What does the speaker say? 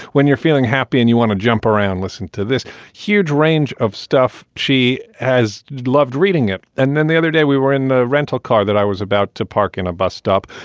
when you're feeling happy and you want to jump around, listen to this huge range of stuff. she has loved reading it and then the other day we were in the rental car that i was about to park in a bus stop.